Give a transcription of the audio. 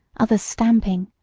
others stamping.